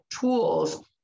tools